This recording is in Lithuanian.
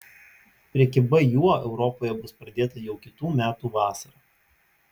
prekyba juo europoje bus pradėta jau kitų metų vasarą